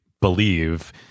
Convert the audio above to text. believe